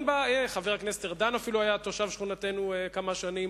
חבר הכנסת ארדן אפילו היה תושב שכונתנו כמה שנים.